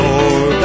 Lord